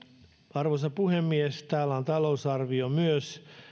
arvoisa puhemies täällä on myös talousarvioaloite